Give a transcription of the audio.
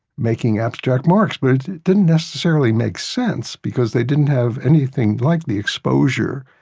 making abstract marks, but it didn't necessarily make sense because they didn't have anything like the exposure